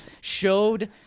showed